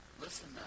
listen